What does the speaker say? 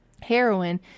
heroin